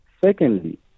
Secondly